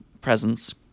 presence